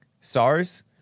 SARS